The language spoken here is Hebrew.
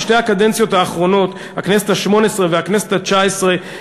הכנסת השמונה-עשרה והכנסת התשע-עשרה,